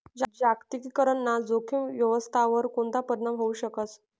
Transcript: जागतिकीकरण ना जोखीम व्यवस्थावर कोणता परीणाम व्हवू शकस